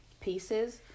pieces